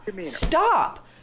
stop